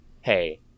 hey